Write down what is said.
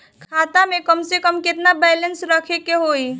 खाता में कम से कम केतना बैलेंस रखे के होईं?